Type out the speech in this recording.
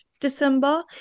December